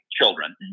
children